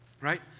right